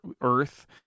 Earth